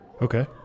Okay